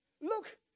look